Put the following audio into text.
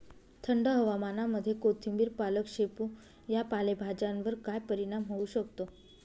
थंड हवामानामध्ये कोथिंबिर, पालक, शेपू या पालेभाज्यांवर काय परिणाम होऊ शकतो?